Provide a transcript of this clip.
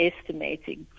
estimating